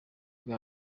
bwa